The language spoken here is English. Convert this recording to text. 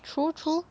true true